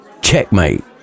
Checkmate